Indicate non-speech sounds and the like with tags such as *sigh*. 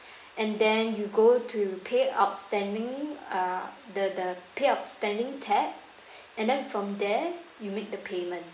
*breath* and then you go to pay outstanding uh the the pay outstanding tab *breath* and then from there you make the payment